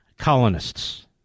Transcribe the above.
Colonists